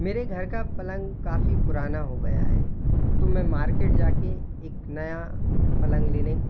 मेरे घर का पलंग काफ़ी पुराना हो गया है तो मैं मार्केट जाकर एक नया पलंग लेने